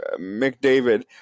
mcdavid